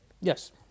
Yes